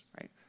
right